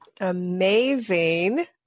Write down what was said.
amazing